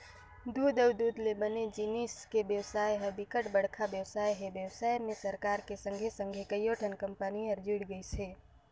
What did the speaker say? दूद अउ दूद ले बने जिनिस के बेवसाय ह बिकट बड़का बेवसाय हे, बेवसाय में सरकार के संघे संघे कयोठन कंपनी हर जुड़ गइसे